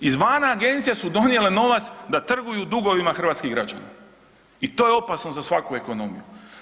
Izvana agencije su donijele novac da trguju dugovima hrvatskih građana i to je opasno za svaku ekonomiju.